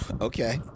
Okay